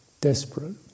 desperate